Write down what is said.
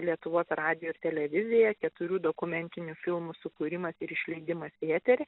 lietuvos radiju ir televizija keturių dokumentinių filmų sukūrimas ir išleidimas į eterį